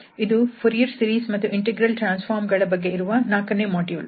ಇದು Fourier series ಮತ್ತು integral transform ಗಳ ಬಗ್ಗೆ ಇರುವ 4ನೇ ಮಾಡ್ಯೂಲ್